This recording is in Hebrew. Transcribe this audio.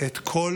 את כל